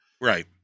Right